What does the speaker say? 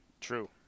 true